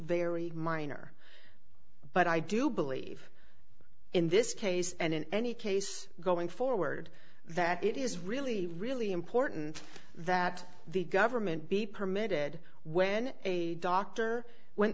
very minor but i do believe in this case and in any case going forward that it is really really important that the government be permitted when a doctor when